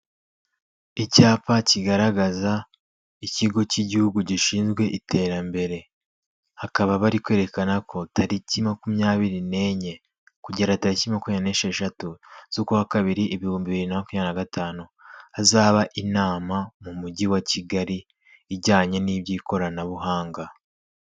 Icyapa kigaragaza ikigo k'igihugu gishinzwe iterambere, hakaba bari kwerekana ko tariki makumyabiri n'enye kugera tariki n'esheshatu z'ukwa kabiri ibihumbi bibiri makumyabiri na gatanu, hazaba inama mu mujyi wa kigali, ijyanye n'iby'ikoranabuhanga.